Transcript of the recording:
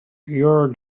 your